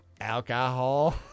Alcohol